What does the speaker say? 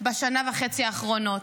בשנה וחצי האחרונות.